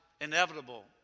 inevitable